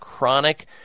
Chronic